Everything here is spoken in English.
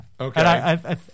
Okay